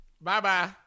Bye-bye